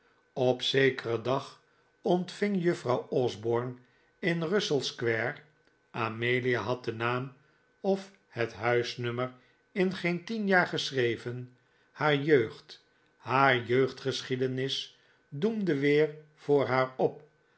op zekeren dag ontving juffrouw osborne in russell square amelia had den naam of het huisnummer in geen tien jaar geschreven haar jeugd haar jeugdgeschiedenis doemde weer voor haar op